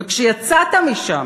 וכשיצאת משם